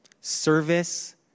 Service